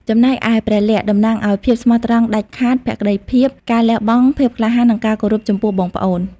ចំណែកឯ ព្រះលក្សណ៍ តំណាងឱ្យ ភាពស្មោះត្រង់ដាច់ខាត ភក្ដីភាព ការលះបង់ ភាពក្លាហាន និងការគោរពចំពោះបងប្អូន ។